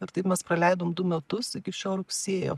ir taip mes praleidom du metus iki šio rugsėjo